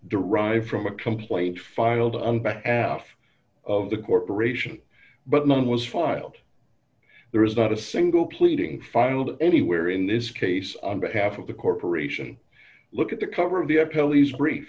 derive from a complaint filed on behalf of the corporation but none was filed there is not a single pleading filed anywhere in this case on behalf of the corporation look at the cover of the